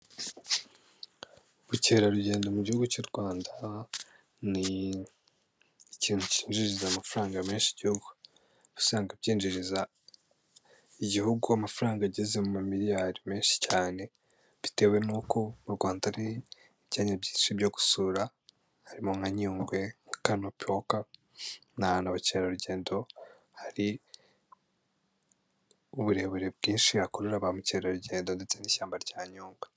Ubukerarugendo mu gihugu cy'u Rwanda ni ikintu cyinjiriza amafaranga menshi igihugu, usanga byinjiriza igihugu amafaranga ageze mu ma miliyari menshi cyane bitewe n'uko u Rwanda hari ibyanya byinshi byo gusura harimo nka Nyungwe, nka Canopy walker; abakerarugendo hari uburebure bwinshi hakurura ba mukerarugendo ndetse n'ishyamba rya Nyungwe.